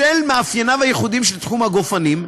בשל מאפייניו הייחודיים של תחום הגופנים,